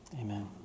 amen